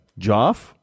Joff